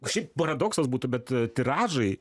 šiaip paradoksas būtų bet tiražai